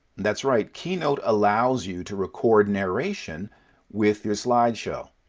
that's right, keynote allows you to record narration with your slideshow.